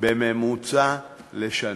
בממוצע לשנה.